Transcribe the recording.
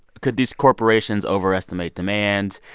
could these corporations overestimate demand?